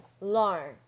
learn